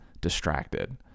distracted